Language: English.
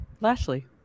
Lashley